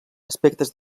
aspectes